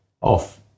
off